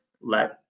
let